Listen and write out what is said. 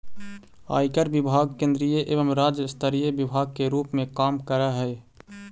आयकर विभाग केंद्रीय एवं राज्य स्तरीय विभाग के रूप में काम करऽ हई